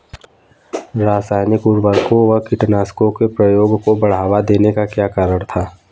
रासायनिक उर्वरकों व कीटनाशकों के प्रयोग को बढ़ावा देने का क्या कारण था?